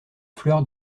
fleurs